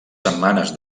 setmanes